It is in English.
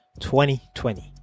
2020